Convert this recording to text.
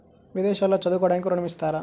విదేశాల్లో చదువుకోవడానికి ఋణం ఇస్తారా?